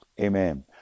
amen